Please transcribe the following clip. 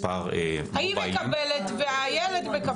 מספר מובליים היא מקבלת והילד מקבל.